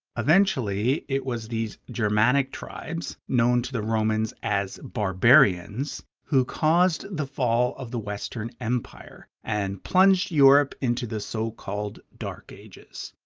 eventually, it was these germanic tribes, known to the romans as barbarians who caused the fall of the western empire and plunged europe into the so-called dark ages.